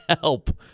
help